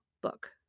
book